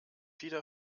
wieder